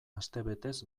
astebetez